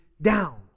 down